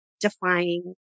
defying